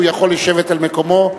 הוא יכול לשבת על מקומו.